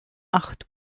acht